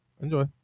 Enjoy